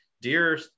Dear